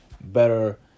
better